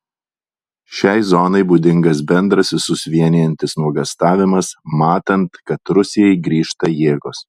šiai zonai būdingas bendras visus vienijantis nuogąstavimas matant kad rusijai grįžta jėgos